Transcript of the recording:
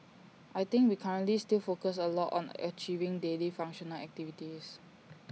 I think we currently still focus A lot on achieving daily functional activities